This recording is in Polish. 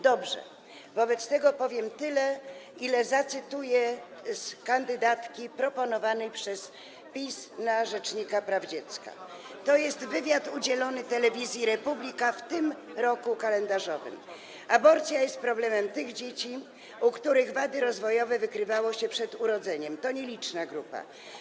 Dobrze, wobec tego powiem tyle, cytując wypowiedź kandydatki proponowanej przez PiS na rzecznika praw dziecka z wywiadu udzielonego Telewizji Republika w tym roku kalendarzowym: Aborcja jest problemem tych dzieci, u których wady rozwojowe wykrywało się przed urodzeniem, to nieliczna grupa.